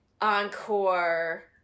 encore